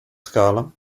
scala